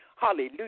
Hallelujah